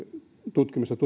tutkimus ja